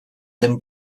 lyn